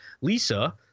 lisa